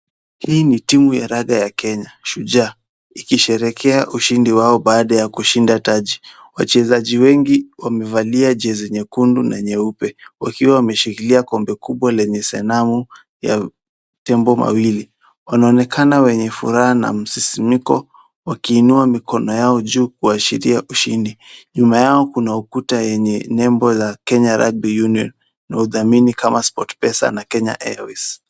Hii ni timu ya riadha ya Kenya, Shujaa ikishekea ushindi wao baada ya kushinda taji. Wachezaji wengi wamevalia jezi nyekundu na nyeupe wakiwa wameshikilia kombe kubwa lenye sanamu ya tembo wawili. Wanaonekana wenye furaha na msisimuko wakiinua mikono yao juu kuashiria ushundi. Nyuma yao kuna ukuta yenye nembo ya Kenya Rugby Union na uthamini kama sport pesa na Kenya Airways .